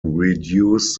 reduce